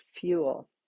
fuel